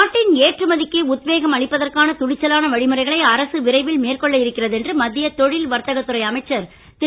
நாட்டின் ஏற்றுமதிக்கு உத்வேகம் அளிப்பதற்கான துணிச்சலான வழிமுறைகளை அரசு விரைவில் மேற்கொள்ள இருக்கிறது என்று மத்திய தொழில் வரத்தகத் துறை அமைச்சர் திரு